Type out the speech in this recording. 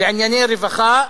לענייני רווחה,